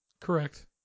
Correct